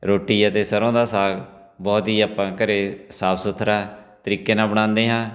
ਰੋਟੀ ਅਤੇ ਸਰ੍ਹੋਂ ਦਾ ਸਾਗ ਬਹੁਤ ਹੀ ਆਪਾਂ ਘਰੇ ਸਾਫ ਸੁਥਰਾ ਤਰੀਕੇ ਨਾਲ ਬਣਾਉਂਦੇ ਹਾਂ